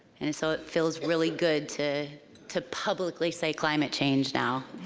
and so it feels really good to to publicly say climate change now.